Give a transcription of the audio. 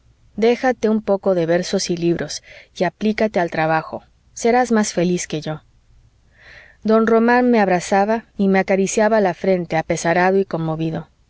déjate un poco de versos y libros y aplícate al trabajo serás más feliz que yo don román me abrazaba y me acariciaba la frente apesarado y conmovido